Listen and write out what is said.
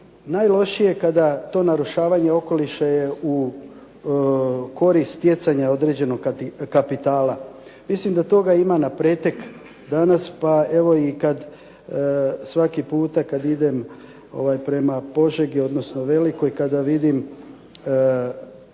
najlošije kada to narušavanje okoliša je u korist stjecanja određenog kapitala. Mislim da toga ima napretek danas, pa evo i kad svaki puta kad idem prema Požegi, odnosno Velikoj, kada vidim